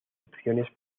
opciones